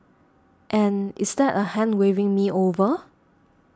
and is that a hand waving me over